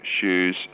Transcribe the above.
shoes